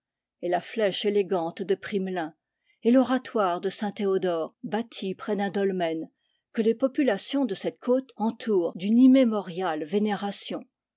et a flèche élégante de primelin et l'oratoire de saint théodore bâti près d'un dolmen que les populations de cette côte entourent d'une immémoriale vénération